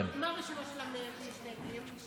מה הרשימה של המסתייגים?